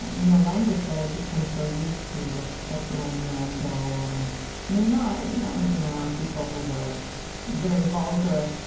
you know, language that i'd become so used to, with sexual innuendo and, i mean, now, you know, i wasn't around people who were very vulgar.